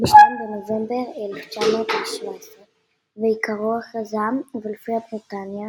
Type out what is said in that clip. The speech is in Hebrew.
ב-2 בנובמבר 1917 ועיקרו הכרזה ולפיה בריטניה